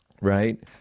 right